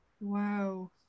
Wow